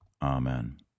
Amen